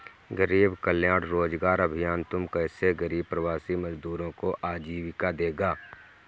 गरीब कल्याण रोजगार अभियान तुम जैसे गरीब प्रवासी मजदूरों को आजीविका देगा